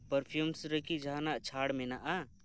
perfumes ᱨᱮᱠᱤ ᱡᱟᱸᱦᱟᱱᱟᱜ ᱪᱷᱟᱹᱲ ᱢᱮᱱᱟᱜ ᱟ